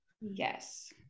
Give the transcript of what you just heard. yes